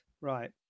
right